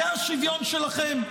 זה השוויון שלכם?